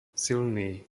silný